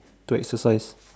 to exercise